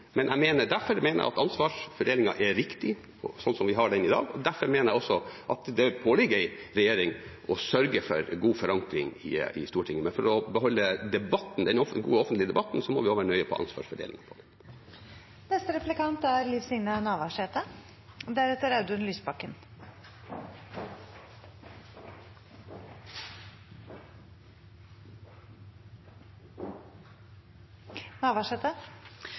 Men derfor mener jeg at ansvarsfordelingen er riktig slik som den er i dag. Derfor mener jeg også at det påligger en regjering å sørge for god forankring i Stortinget. Men for å beholde debatten, den gode offentlige debatten, må vi også være nøye på